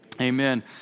Amen